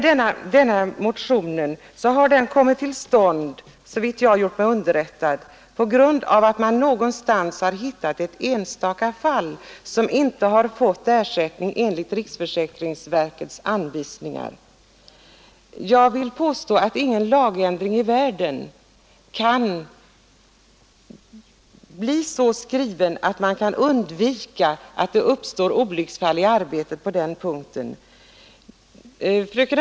Denna motion har kommit till stånd, såvitt jag gjort mig underrättad, på grund av att man någonstans hittat ett enstaka fall som inte fått ersättning enligt riksfö säkringsverkets anvisningar. Jag vill påstå att ingen lagändring i världen kan utformas så att man kan undvika att det inträffar olycksfi all i arbetet på den punkten.